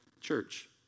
Church